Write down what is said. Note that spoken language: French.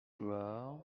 gloire